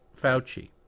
Fauci